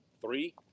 Three